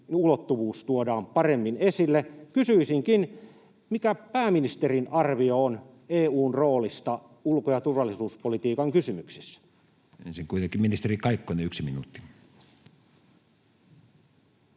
ulottuvuus tuodaan paremmin esille. Kysyisinkin: mikä pääministerin arvio on EU:n roolista ulko- ja turvallisuuspolitiikan kysymyksissä? [Speech 117] Speaker: Matti